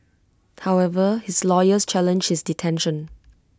however his lawyers challenged his detention